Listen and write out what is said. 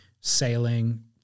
sailing